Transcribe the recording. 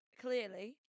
clearly